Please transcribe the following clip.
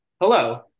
Hello